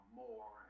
more